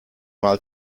mal